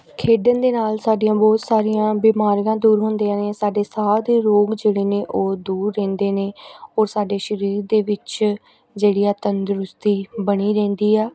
ਖੇਡਣ ਦੇ ਨਾਲ ਸਾਡੀਆਂ ਬਹੁਤ ਸਾਰੀਆਂ ਬਿਮਾਰੀਆਂ ਦੂਰ ਹੁੰਦੀਆਂ ਨੇ ਸਾਡੇ ਸਾਹ ਦੇ ਰੋਗ ਜਿਹੜੇ ਨੇ ਉਹ ਦੂਰ ਰਹਿੰਦੇ ਨੇ ਔਰ ਸਾਡੇ ਸਰੀਰ ਦੇ ਵਿੱਚ ਜਿਹੜੀ ਆ ਤੰਦਰੁਸਤੀ ਬਣੀ ਰਹਿੰਦੀ ਆ